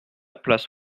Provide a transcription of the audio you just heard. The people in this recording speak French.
place